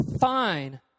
fine –